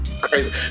Crazy